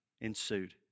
ensued